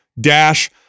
dash